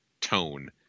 tone